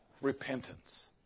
repentance